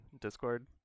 Discord